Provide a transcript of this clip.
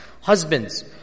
Husbands